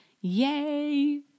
yay